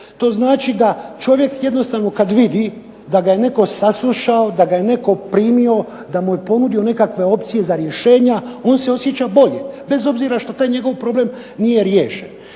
da čovjek jednostavno kada vidi da ga je netko saslušao, da ga je netko primio, da mu je ponudio nekakve opcije za rješenja, on se osjeća bolje, bez obzira što taj njegov problem nije riješen.